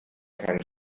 keinen